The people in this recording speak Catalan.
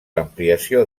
ampliació